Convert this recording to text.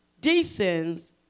descends